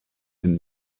and